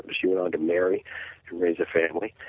she went on to marry and raise a family